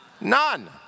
None